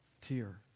tear